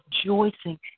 rejoicing